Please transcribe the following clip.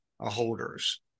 holders